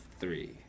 three